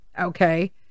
okay